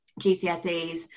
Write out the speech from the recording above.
GCSEs